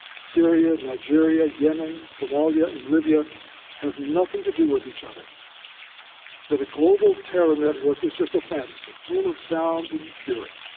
syria, nigeria, yemen, somalia, and libya have nothing to do with each other that a global terror network is just a fantasy, full of sound and fury.